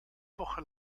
woche